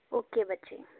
okay ਬੱਚੇ